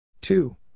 Two